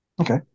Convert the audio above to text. okay